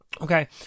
Okay